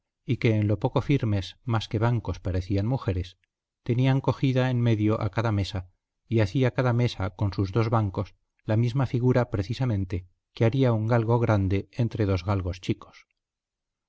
y que en lo poco firmes más que bancos parecían mujeres tenían cogida en medio a cada mesa y hacía cada mesa con sus dos bancos la misma figura precisamente que haría un galgo grande entre dos galgos chicos